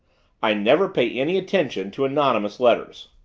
i never pay any attention to anonymous letters.